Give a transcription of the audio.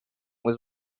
was